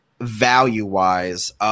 value-wise